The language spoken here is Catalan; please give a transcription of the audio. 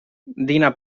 dina